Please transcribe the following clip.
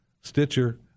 Stitcher